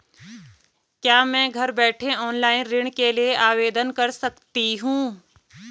क्या मैं घर बैठे ऑनलाइन ऋण के लिए आवेदन कर सकती हूँ?